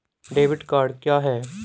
Debit card क्या है?